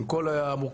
עם כל המורכבות.